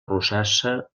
rosassa